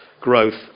growth